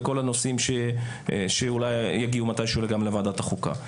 וכל הנושאים שאולי יגיעו מתישהו גם לוועדת החוקה.